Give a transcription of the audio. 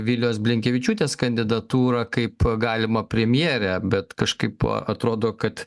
vilijos blinkevičiūtės kandidatūrą kaip galimą premjerę bet kažkaip atrodo kad